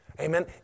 Amen